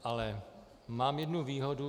Ale mám jednu výhodu.